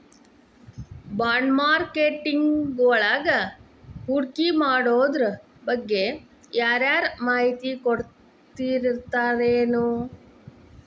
ಬಾಂಡ್ಮಾರ್ಕೆಟಿಂಗ್ವಳಗ ಹೂಡ್ಕಿಮಾಡೊದ್ರಬಗ್ಗೆ ಯಾರರ ಮಾಹಿತಿ ಕೊಡೊರಿರ್ತಾರೆನು?